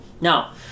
Now